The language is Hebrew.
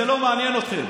זה לא מעניין אתכם.